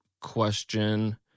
question